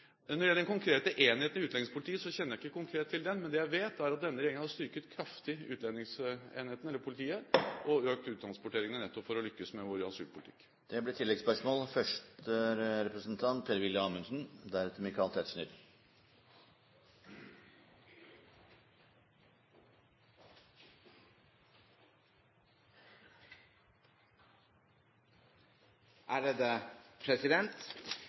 Når det gjelder den konkrete enheten i utlendingspolitiet, kjenner jeg ikke konkret til den, men det jeg vet, er at denne regjeringen har styrket kraftig utlendingsenheten, eller politiet, og økt uttransporteringene, nettopp for å lykkes med vår asylpolitikk. Det blir oppfølgingsspørsmål – først Per-Willy Amundsen.